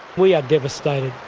we are devastated.